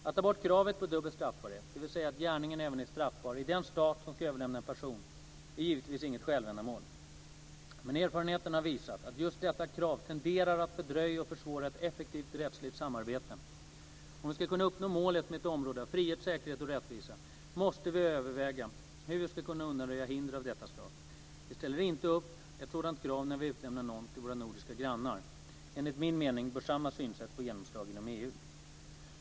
Att ta bort kravet på dubbel straffbarhet, dvs. att gärningen även är straffbar i den stat som ska överlämna en person, är givetvis inget självändamål. Men erfarenheterna har visat att just detta krav tenderar att fördröja och försvåra ett effektivt rättsligt samarbete. Om vi ska kunna uppnå målet med ett område av frihet, säkerhet och rättvisa måste vi överväga hur vi ska kunna undanröja hinder av detta slag. Vi ställer inte upp ett sådant krav när vi utlämnar någon till våra nordiska grannar. Enligt min mening bör samma synsätt få genomslag inom EU.